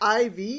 IV